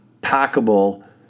packable